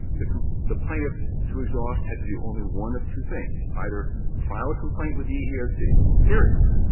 the the plaintiff to exhaust had to do only one of two things, either file a complaint with the eeoc, period,